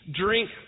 drink